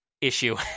issue